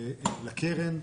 לקרן.